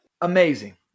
Amazing